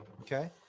okay